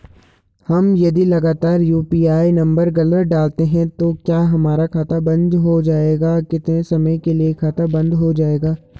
हम यदि लगातार यु.पी.आई नम्बर गलत डालते हैं तो क्या हमारा खाता बन्द हो जाएगा कितने समय के लिए खाता बन्द हो जाएगा?